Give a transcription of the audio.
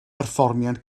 berfformiad